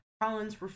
Collins